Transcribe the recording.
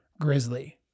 Grizzly